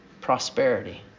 prosperity